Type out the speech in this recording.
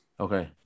Okay